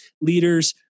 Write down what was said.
leaders